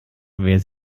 wer